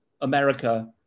America